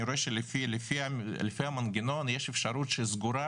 אני רואה שלפי המנגנון יש אפשרות שסגורה